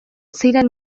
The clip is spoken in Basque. ziren